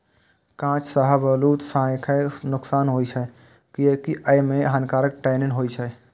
कांच शाहबलूत खाय सं नुकसान होइ छै, कियैकि अय मे हानिकारक टैनिन होइ छै